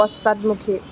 পশ্চাদমুখী